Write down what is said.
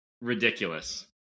ridiculous